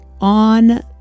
on